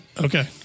Okay